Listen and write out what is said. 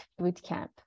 Bootcamp